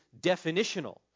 definitional